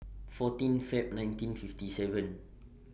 fourteen Feb nineteen fifty seven